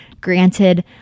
Granted